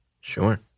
Sure